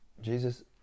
Jesus